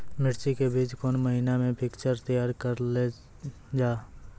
मिर्ची के बीज कौन महीना मे पिक्चर तैयार करऽ लो जा?